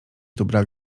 brak